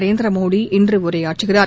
நரேந்திரமோடி இன்று உரையாற்றுகிறார்